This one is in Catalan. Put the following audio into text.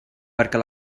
perquè